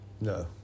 No